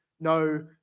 no